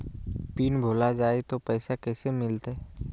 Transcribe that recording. Pin भूला जाई तो पैसा कैसे मिलते?